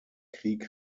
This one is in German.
krieg